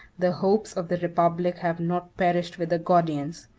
the hopes of the republic have not perished with the gordians.